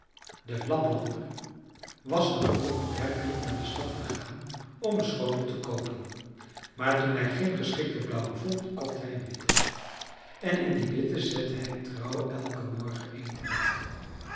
de laplander was dan ook werkelijk naar de stad gegaan om een schotel te koopen maar toen hij geen geschikten blauwen vond kocht hij een witten en in dien witten zette hij trouw elken morgen eten buiten